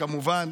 כמובן,